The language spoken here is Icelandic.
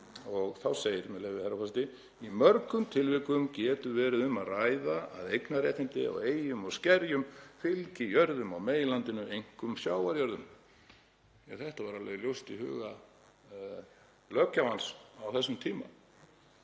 og þá segir, með leyfi herra forseta: „Í mörgum tilvikum getur verið um að ræða að eignarréttindi á eyjum og skerjum fylgi jörðum á meginlandinu, einkum sjávarjörðum.“ Þetta var alveg ljóst í huga löggjafans á þessum tíma.